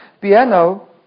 Piano